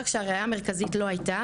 כשהראיה המרכזית לא הייתה.